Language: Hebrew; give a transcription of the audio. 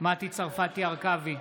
מטי צרפתי הרכבי,